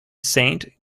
saint